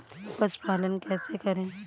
पशुपालन कैसे करें?